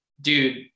dude